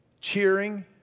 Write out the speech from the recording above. cheering